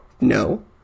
no